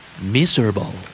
Miserable